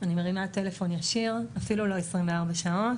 אני מרימה טלפון ישיר, אפילו לא 24 שעות.